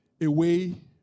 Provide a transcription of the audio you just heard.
away